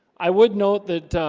i would note that